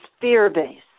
fear-based